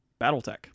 Battletech